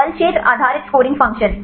बल क्षेत्र आधारित स्कोरिंग फ़ंक्शन